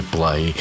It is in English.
Play